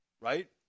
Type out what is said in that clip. right